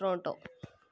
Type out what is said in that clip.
Toronto